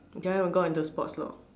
Jia-Yun got in to sports lor